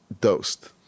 dosed